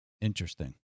Interesting